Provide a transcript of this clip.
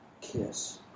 kiss